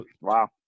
Wow